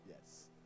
Yes